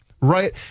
Right